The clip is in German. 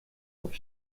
auf